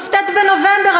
כ"ט בנובמבר,